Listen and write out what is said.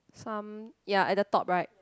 some ya at the top right